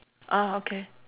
ah okay